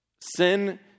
Sin